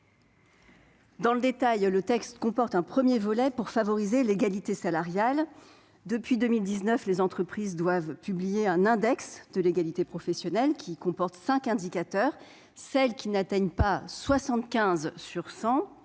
venir au détail de ce texte, son premier volet vise à favoriser l'égalité salariale. Depuis 2019, les entreprises doivent publier un index de l'égalité professionnelle, qui comporte cinq indicateurs. Celles qui n'atteignent pas un score